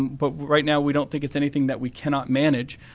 but right now we don't think it's anything that we cannot manage.